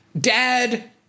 Dad